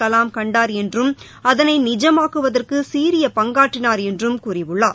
கலாம் கண்டார் என்றும் அதனை நிஜமாக்குவதற்கு சீரிய பங்காற்றினார் என்றும் கூறியுள்ளார்